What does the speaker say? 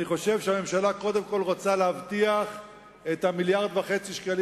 אני חושב שהממשלה קודם כול רוצה להבטיח את המיליארד וחצי שקלים,